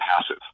passive